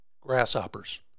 Grasshoppers